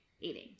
eating